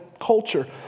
culture